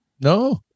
no